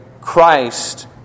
Christ